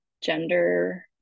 gender